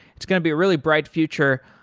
it's going to be a really bright future,